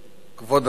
כבוד השר,